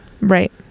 right